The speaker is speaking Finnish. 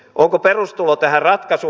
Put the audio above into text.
onko perustulo tähän ratkaisu